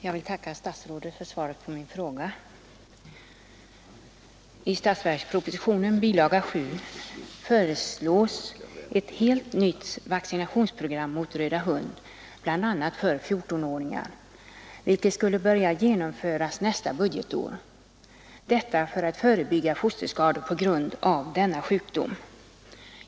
Herr talman! Jag tackar statsrådet för svaret på min enkla fråga. genomföras nästa budgetår. Syftet är att förebygga fosterskador på grund av denna sjukdom.